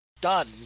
done